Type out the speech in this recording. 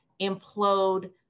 implode